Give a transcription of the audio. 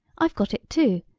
i've got it too.